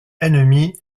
ennemie